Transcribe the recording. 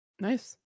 Nice